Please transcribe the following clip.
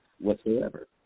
whatsoever